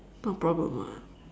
no problem ah